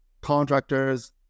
contractors